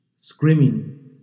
screaming